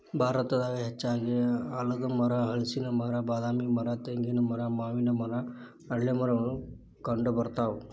ಭಾರತದಾಗ ಹೆಚ್ಚಾಗಿ ಆಲದಮರ, ಹಲಸಿನ ಮರ, ಬಾದಾಮಿ ಮರ, ತೆಂಗಿನ ಮರ, ಮಾವಿನ ಮರ, ಅರಳೇಮರಗಳು ಕಂಡಬರ್ತಾವ